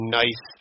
nice